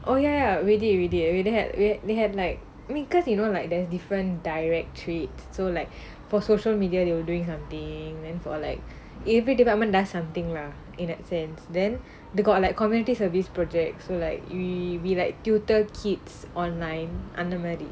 oh ya really you already you already they had where they had like me because you know like there's different directory so like for social media they will doing something then for like every department does something wrong in that sense then the got like community service projects so like we we like tutor kids online அந்த மாரி:antha maari